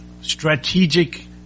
strategic